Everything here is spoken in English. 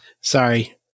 Sorry